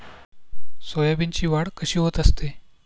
सोयाबीनची वाढ कशी होत असते?